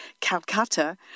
Calcutta